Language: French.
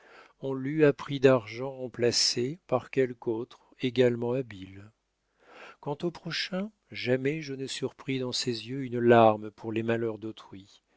on l'eût à prix d'argent remplacé par quelque autre également habile quant au prochain jamais je ne surpris dans ses yeux une larme pour les malheurs d'autrui